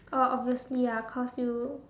oh obviously ah cause you